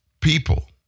People